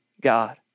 God